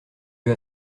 vas